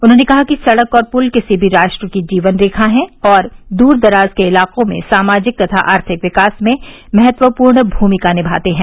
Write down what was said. उन्होंने कहा कि सड़क और पुल किसी भी राष्ट्र की जीवन रेखा है और दूर दराज के इलाकों में सामाजिक तथा आर्थिक विकास में महत्वपूर्ण भूमिका निमाते हैं